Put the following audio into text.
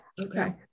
Okay